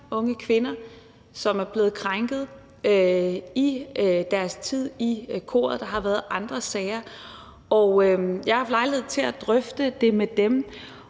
unge kvinder, som er blevet krænket i deres tid i koret. Der har også været andre sager. Jeg har haft lejlighed til at drøfte det med dem,